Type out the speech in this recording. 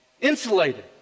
insulated